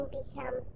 become